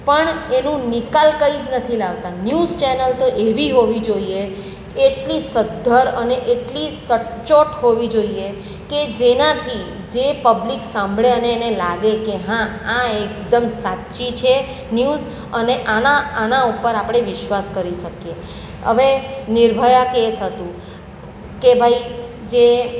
પણ એનું નીકાલ કંઈ જ નથી લાવતા ન્યૂઝ ચેનલ તો એવી હોવી જોઈએ એટલી સદ્ધર અને એટલી સચોટ હોવી જોઈએ કે જેનાથી જે પબ્લિક સાંભળે અને એને લાગે કે હા આ એકદમ સાચી છે ન્યૂઝ અને આના આના ઉપર આપણે વિશ્વાસ કરી શકીએ હવે નિર્ભયા કેસ હતું કે ભાઈ જે